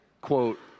quote